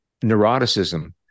neuroticism